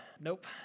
Nope